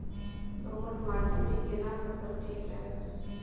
दोमट माटी मे केना फसल ठीक रहत?